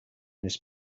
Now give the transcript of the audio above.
this